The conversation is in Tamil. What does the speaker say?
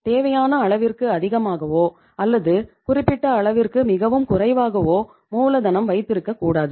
தேவையான அளவிற்கு அதிகமாகவோ அல்லது குறிப்பிட்ட அளவிற்கு மிகவும் குறைவாகவோ மூலதனம் வைத்திருக்க கூடாது